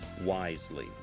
wisely